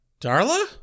Darla